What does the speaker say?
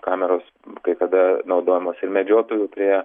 kameros kai kada naudojamos ir medžiotojų prie